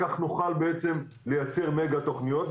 כך נוכל בעצם לייצר מגה תוכניות.